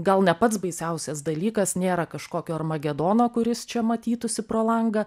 gal ne pats baisiausias dalykas nėra kažkokio armagedono kuris čia matytųsi pro langą